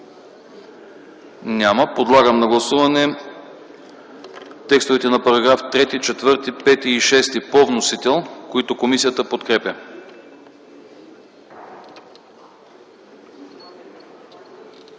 Няма. Подлагам на гласуване текстовете на § 31 и § 32 по вносител, които комисията подкрепя.